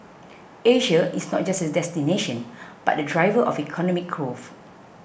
Asia is not just a destination but a driver of economic growth